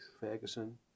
Ferguson